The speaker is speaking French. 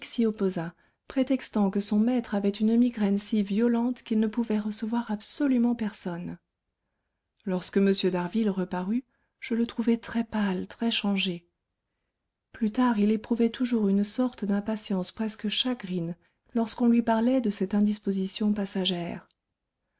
opposa prétextant que son maître avait une migraine si violente qu'il ne pouvait recevoir absolument personne lorsque m d'harville reparut je le trouvai très-pâle très changé plus tard il éprouvait toujours une sorte d'impatience presque chagrine lorsqu'on lui parlait de cette indisposition passagère